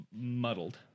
muddled